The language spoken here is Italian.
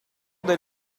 del